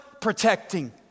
protecting